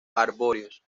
arbóreos